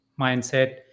mindset